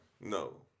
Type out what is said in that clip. No